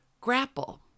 grapple